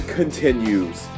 continues